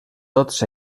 tots